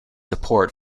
support